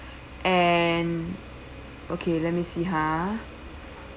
and okay let me see ha